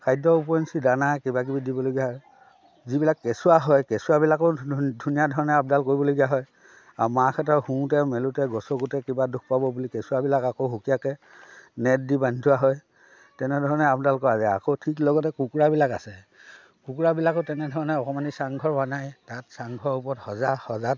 খাদ্য উপৰঞ্চি দানা কিবাকিবি দিবলগীয়া হয় যিবিলাক কেঁচুৱা হয় কেঁচুৱাবিলাকক ধুনীয়া ধৰণে আপডাল কৰিবলগীয়া হয় মাকহঁতৰ শোওঁতে মেলোতে গছকোঁতে কিবা দুখ পাব বুলি কেঁচুৱাবিলাক আকৌ সুকীয়াকৈ নেট দি বান্ধি থোৱা হয় তেনেধৰণে আপডাল কৰা যায় আকৌ ঠিক লগতে কুকুৰাবিলাক আছে কুকুৰাবিলাকো তেনেধৰণে অকণমানি চাংঘৰ বনাই তাত চাংঘৰৰ ওপৰত সঁজা সঁজাত